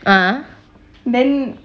ah